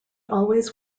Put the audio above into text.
always